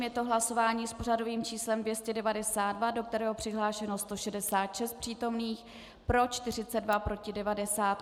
Je to hlasování s pořadovým číslem 292, do kterého je přihlášeno 166 přítomných, pro 42, proti 90.